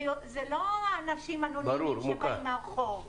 זה לא אנשים אנונימיים שבאים מהרחוב.